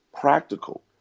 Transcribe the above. Practical